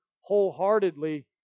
wholeheartedly